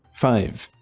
five.